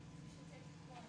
שלוש שנים